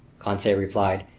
conseil replied,